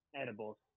edibles